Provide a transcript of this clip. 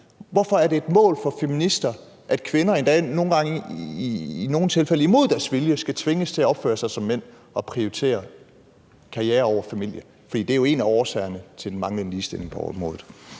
Hvorfor er det et mål for feminister, at kvinder, i nogle tilfælde endda imod deres vilje, skal tvinges til at opføre sig som mænd og prioritere karriere over familie, for det er jo en af årsagerne til den manglende ligestilling på området?